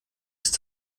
ist